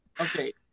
okay